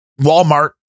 Walmart